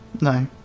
No